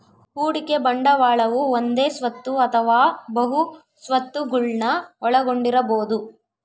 ಹೂಡಿಕೆ ಬಂಡವಾಳವು ಒಂದೇ ಸ್ವತ್ತು ಅಥವಾ ಬಹು ಸ್ವತ್ತುಗುಳ್ನ ಒಳಗೊಂಡಿರಬೊದು